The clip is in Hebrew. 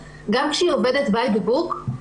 גם כשהיא עובדת לפי הפרוטוקול,